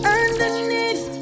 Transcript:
underneath